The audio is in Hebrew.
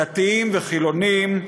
דתיים וחילונים,